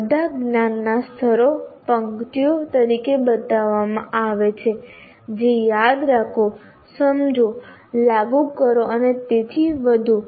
બધા જ્ઞાનના સ્તરો પંક્તિઓ તરીકે બતાવવામાં આવે છે જે યાદ રાખો સમજો લાગુ કરો અને તેથી વધુ